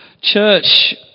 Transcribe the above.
church